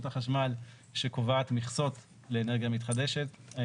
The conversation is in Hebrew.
החשמל שקובעת מכסות לאנרגיה מתחדשת.